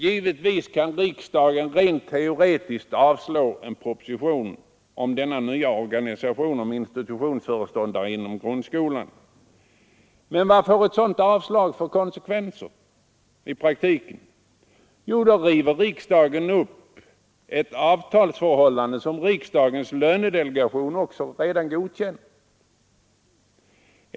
Givetvis kan riksdagen rent teoretiskt avslå en proposition angående denna nya organisation med institutionsföreståndare inom grundskolan. Men vad får ett avslag för konsekvenser i praktiken? Jo, då river riksdagen upp ett avtalsförhållande som riksdagens lönedelegation också redan godkänt.